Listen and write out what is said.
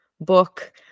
book